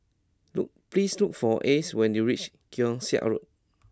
look please look for Ace when you reach Keong Saik Road